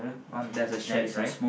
on there's a shed right